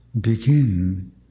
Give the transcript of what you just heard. begin